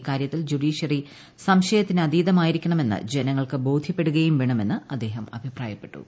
ഇക്കാര്യത്തിൽ ജുഡീഷ്യറി സ്ഥംശ്യത്തിനതീതമായിരിക്കണമെന്ന് ജനങ്ങൾക്ക് ബോധ്യപ്പെട്ടൂക്യും വേണമെന്ന് അദ്ദേഹം അഭിപ്രായപ്പെട്ടു